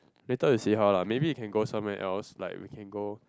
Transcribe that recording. later we see how lah maybe we can go somewhere else like we can go